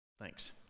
Thanks